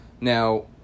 Now